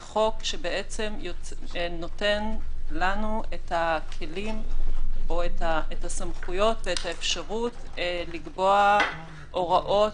זה חוק שנותן לנו את הכלים או את הסמכויות ואת האפשרות לקבוע הוראות,